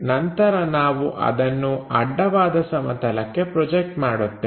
ನಂತರ ನಾವು ಅದನ್ನು ಅಡ್ಡವಾದ ಸಮತಲಕ್ಕೆ ಪ್ರೊಜೆಕ್ಟ್ ಮಾಡುತ್ತೇವೆ